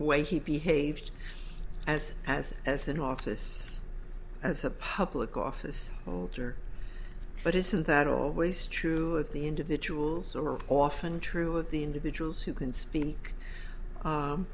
way he behaved as as as an office as a public office holder but isn't that always true of the individuals who are often true of the individuals who can speak